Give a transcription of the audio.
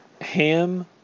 ham